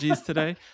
today